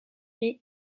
est